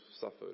suffered